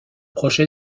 projet